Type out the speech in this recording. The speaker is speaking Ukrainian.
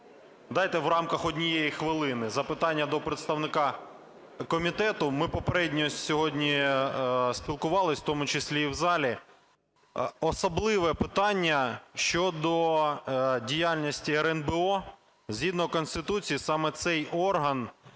Дайте в рамках однієї хвилини запитання до представника комітету. Ми попередньо сьогодні спілкувалися, в тому числі і в залі. Особливе питання – щодо діяльності РНБО. Згідно Конституції саме цей орган